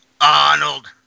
Arnold